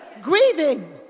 grieving